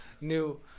new